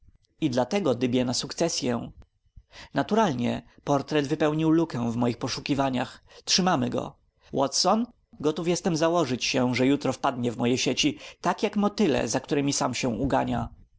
i dlatego dybie na sukcesyę naturalnie portret wypełnił lukę w moich poszukiwaniach trzymamy go watson gotów jestem założyć się że jutro wpadnie w moje sieci tak jak motyle za którymi sam się ugania